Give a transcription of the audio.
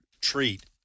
treat